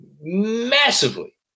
massively